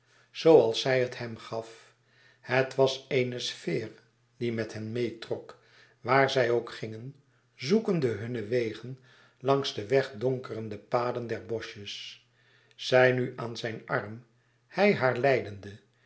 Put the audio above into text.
zooals zij het hem gaf het was een sfeer die met hen meêtrok waar zij ook gingen zoekende hunnen weg langs de weggedonkerde paden der boschjes zij nu aan zijn arm hij haar leidende